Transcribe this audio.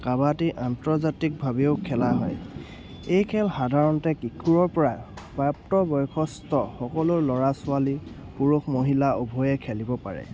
কাবাডী আন্তৰ্জাতিকভাৱেও খেলা হয় এই খেল সাধাৰণতে কিশোৰৰ পৰা প্ৰাপ্ত বয়সস্থ সকলো ল'ৰা ছোৱালী পুৰুষ মহিলা উভয়ে খেলিব পাৰে